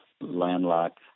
landlocked